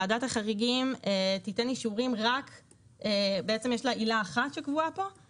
לוועדת החריגים יש עילה אחת שקבועה פה למתן אישורים.